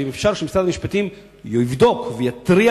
ואם אפשר שמשרד המשפטים יבדוק ויתריע